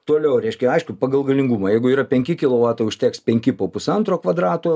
toliau reiškia aišku pagal galingumą jeigu yra penki kilovatai užteks penki po pusantro kvadrato